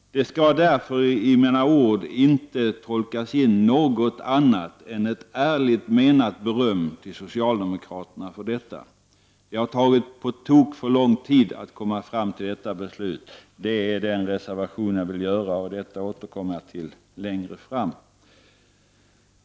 Det skall därför i mina ord inte tolkas in något annat än ett ärligt menat beröm till socialdemokraterna för detta. Det har tagit på tok för lång tid att komma fram till detta beslut. Det är den reservation jag vill göra, och detta återkommer jag till längre fram.